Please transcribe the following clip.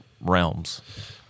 realms